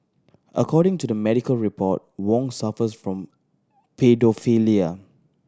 according to the medical report Wong suffers from paedophilia